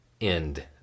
end